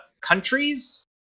countries